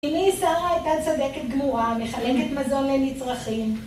אמי שרה הייתה צודקת גמורה, מחלקת מזון לנצרכים